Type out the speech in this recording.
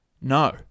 no